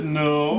no